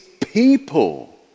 people